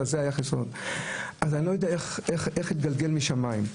לא יודע איך התגלגל משמיים.